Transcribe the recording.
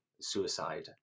suicide